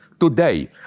today